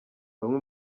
bamwe